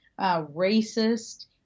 racist